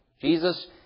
Jesus